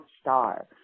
Star